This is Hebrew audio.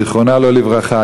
זיכרונה לא לברכה,